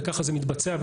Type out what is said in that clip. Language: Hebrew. וככה זה מתבצע.